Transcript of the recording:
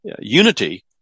unity